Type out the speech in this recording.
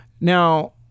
Now